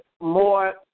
more